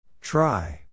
try